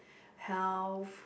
health